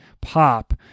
pop